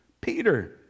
Peter